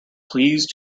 please